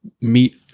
meet